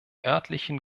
örtlichen